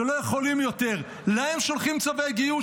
שלא יכולים יותר, להם שולחים צווי גיוס.